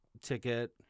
ticket